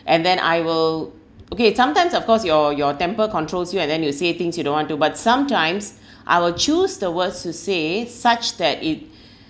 and then I will okay sometimes of course your your temper controls you and then you say things you don't want to but sometimes I will choose the words to say such that it